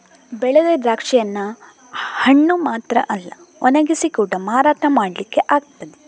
ಬೆಳೆದ ದ್ರಾಕ್ಷಿಯನ್ನ ಹಣ್ಣು ಮಾತ್ರ ಅಲ್ಲ ಒಣಗಿಸಿ ಕೂಡಾ ಮಾರಾಟ ಮಾಡ್ಲಿಕ್ಕೆ ಆಗ್ತದೆ